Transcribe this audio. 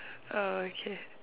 oh okay